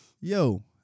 yo